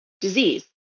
disease